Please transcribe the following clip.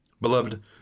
Beloved